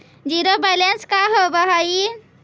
Zero balance का होव हइ?